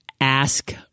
ask